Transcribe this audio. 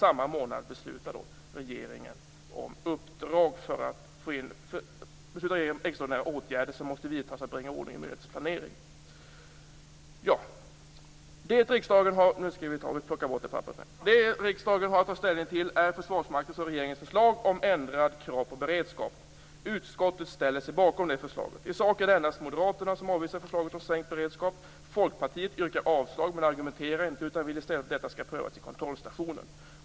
Samma månad beslutade regeringen om att extraordinära åtgärder måste vidtas för att bringa ordning i myndighetens planering. Det riksdagen har att ta ställning till är Försvarsmaktens och regeringens förslag om ändrade krav på beredskap. Utskottet ställer sig bakom det förslaget. I sak är det endast Moderaterna som avvisar förslaget om sänkt beredskap. Folkpartiet yrkar avslag men argumenterar inte utan vill i stället att detta skall prövas i kontrollstationen.